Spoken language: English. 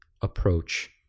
approach